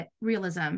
realism